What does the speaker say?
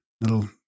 little